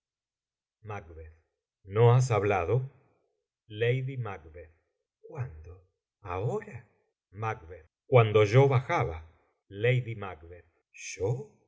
no has hablado lady mac cuándo ahora macb cuando yo bajaba lady mac yo